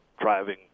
driving